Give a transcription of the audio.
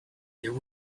there